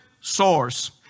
source